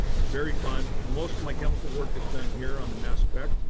very fun. most of my chemical work is done here on the mass spec,